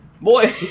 Boy